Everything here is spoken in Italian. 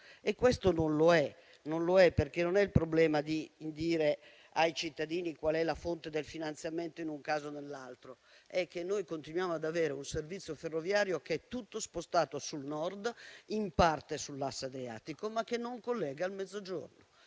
Governo. Così però non è. Il problema non è dire ai cittadini qual è la fonte del finanziamento in un caso o nell'altro; la questione è che continuiamo ad avere un servizio ferroviario tutto spostato sul Nord, in parte sull'asse adriatico, ma che non collega il Mezzogiorno,